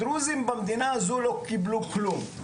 הדרוזים במדינה הזאת לא קיבלו כלום,